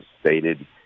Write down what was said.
stated